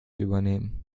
übernehmen